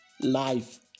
life